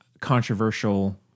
controversial